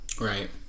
Right